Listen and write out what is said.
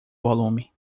volume